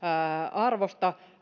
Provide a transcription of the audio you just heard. arvosta